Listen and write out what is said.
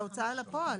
בהוצאה לפועל.